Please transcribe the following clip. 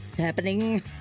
happening